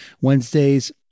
Wednesdays